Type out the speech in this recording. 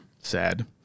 sad